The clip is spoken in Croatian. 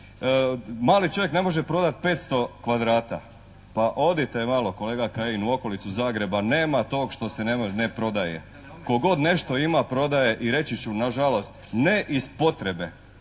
mali čovjek ne može prodati 500 kvadrata. Pa odite malo kolega Kajin u okolicu Zagreba, nema tog što se ne prodaje. Tko god nešto ima prodaje i reći ću, nažalost, ne iz potrebe,